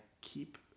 keep